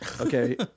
Okay